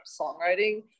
songwriting